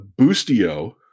boostio